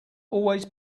always